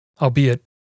albeit